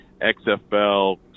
XFL